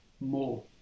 more